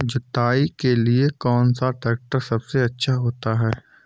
जुताई के लिए कौन सा ट्रैक्टर सबसे अच्छा होता है?